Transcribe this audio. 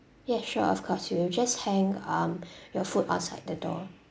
yes sure of course we will just hang um your food outside the door